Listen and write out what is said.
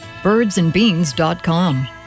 birdsandbeans.com